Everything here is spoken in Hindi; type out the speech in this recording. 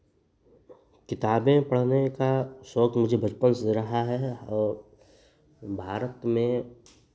किताबें पढ़ने का शौक मुझे बचपन से रहा है और भारत में